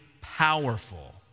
powerful